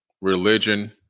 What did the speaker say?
religion